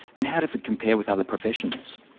and how does it compare with other professions?